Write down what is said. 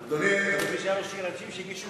נכון, נכון, זה לא קשור לחוק